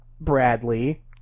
bradley